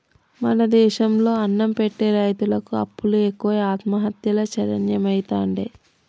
మన దేశం లో అన్నం పెట్టె రైతుకు అప్పులు ఎక్కువై ఆత్మహత్యలే శరణ్యమైతాండే